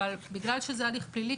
אבל בגלל שזה הליך פלילי,